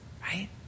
right